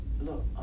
Look